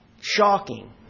Shocking